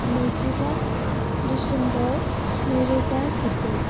नैजिबा डिसेम्बर नैरोजा जिब्रै